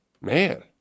Man